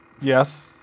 yes